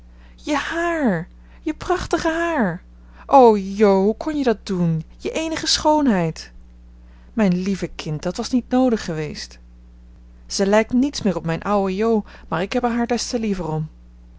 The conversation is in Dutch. je haar je prachtige haar o jo hoe kon je dat doen je eenige schoonheid mijn lieve kind dat was niet noodig geweest ze lijkt niets meer op mijn ouwe jo maar ik heb er haar des te liever om